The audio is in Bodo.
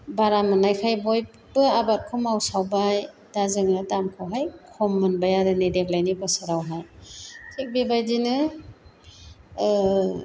बारा मोननायखाय बयबो आबादखौ मावसावबाय दा जोङो दामखौहाय खम मोनबाय आरो नै देग्लायनि बोसोरावहाय थिख बेबायदिनो